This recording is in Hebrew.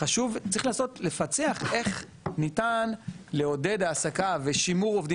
צריך לפצח איך ניתן לעודד העסקה ושימור עובדים